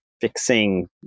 fixing